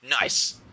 nice